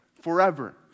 forever